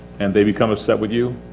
and they become upset with you